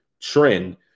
trend